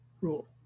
rule